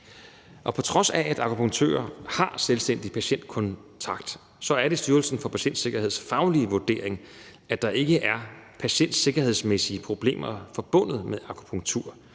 og på trods af at akupunktører har selvstændig patientkontakt, er det Styrelsen for Patientsikkerheds faglige vurdering, at der ikke er patientsikkerhedsmæssige problemer forbundet med akupunktur.